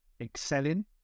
excelling